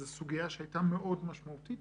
זה סוגיה שהייתה מאוד משמעותית.